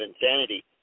insanity